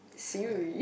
Siri